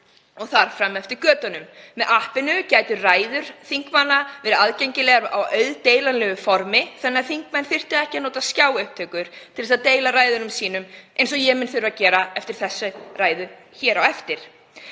og þar fram eftir götunum. Með appinu gætu ræður þingmanna verið aðgengilegar á auðdeilanleigu formi þannig að þingmenn þyrftu ekki að nota skjáupptökur til að deila ræðunum sínum, eins og ég mun þurfa að gera eftir þessa ræðu hér á eftir.